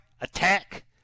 attack